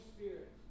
Spirit